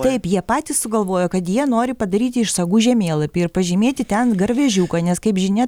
taip jie patys sugalvojo kad jie nori padaryti iš sagų žemėlapį ir pažymėti ten garvežiuką nes kaip žinia